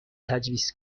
تجویز